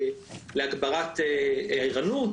להגברת הערנות,